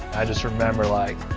i just remember, like,